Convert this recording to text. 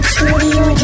Studio